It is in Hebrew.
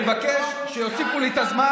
אני מבקש שיוסיפו לי את הזמן,